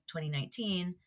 2019